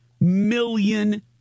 million